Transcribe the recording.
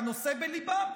כי הנושא בליבם.